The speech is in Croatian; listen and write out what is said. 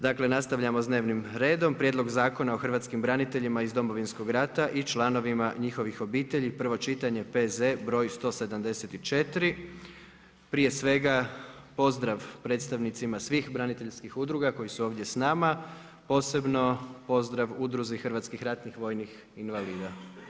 Dakle, nastavljamo s dnevnim redom: - Prijedlog Zakona o hrvatskim braniteljima iz Domovinskog rata i članovima njihovih obitelji, prvo čitanje, P.Z. br. 174 Prije svega, pozdrav predstavnicima svih braniteljskih udruga koji su ovdje s nama, posebno pozdrav Udruzi hrvatskih ratnih vojnih invalida.